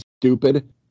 stupid